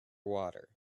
water